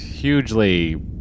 Hugely